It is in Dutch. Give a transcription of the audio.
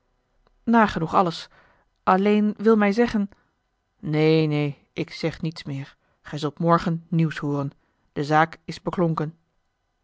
nagenoeg alles alleen wil mij zeggen neen neen ik zeg niets meer gij zult morgen nieuws hooren de zaak is beklonken